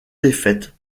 défaites